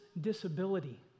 disability